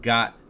Got